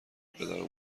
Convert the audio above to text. پدرو